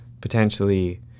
potentially